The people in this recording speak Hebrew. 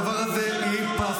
הדבר הזה ייפסק.